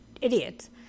idiots